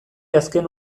azken